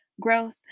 growth